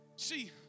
see